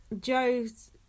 Joe's